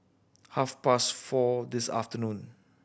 half past four this afternoon